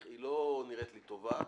לא נראית לי שיטה טובה.